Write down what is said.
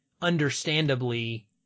understandably